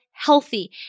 healthy